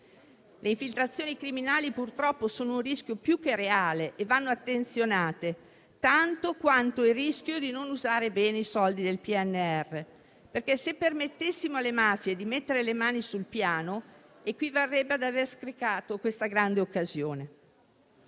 Le infiltrazioni criminali purtroppo sono un rischio più che reale e vanno attenzionate tanto quanto il rischio di non usare bene i soldi del PNRR. Se infatti permettessimo alle mafie di mettere le mani sul Piano, equivarrebbe ad aver sprecato questa grande occasione.